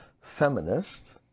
feminist